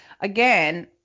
again